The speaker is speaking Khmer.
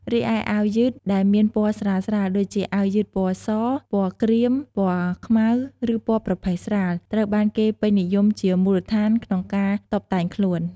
រីឯ អាវយឺតដែលមានពណ៌ស្រាលៗ ដូចជាអាវយឺតពណ៌ស ពណ៌ក្រៀម ពណ៌ខ្មៅ ឬពណ៌ប្រផេះស្រាល ត្រូវបានគេពេញនិយមជាមូលដ្ឋានក្នុងការតុបតែងខ្លួន។